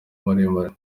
maremare